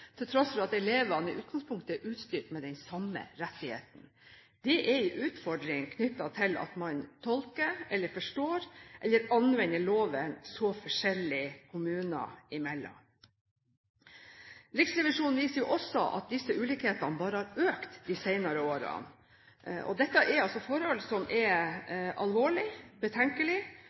til tross for at elevene i utgangspunktet er utstyrt med de samme rettigheter. Det er en utfordring at kommunene tolker, forstår eller anvender loven så forskjellig. Riksrevisjonen viser også at ulikhetene bare har økt i de senere årene. Dette er forhold som er alvorlig og betenkelig,